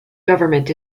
government